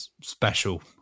special